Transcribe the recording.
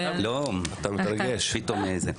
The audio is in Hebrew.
זה חלק מהפתרון המשמעותי של הבעיה.